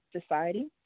society